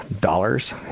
dollars